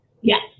Yes